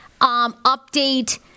Update